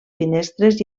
finestres